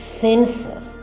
senses